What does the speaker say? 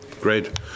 Great